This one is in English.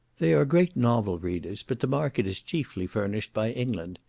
they are great novel readers, but the market is chiefly furnished by england.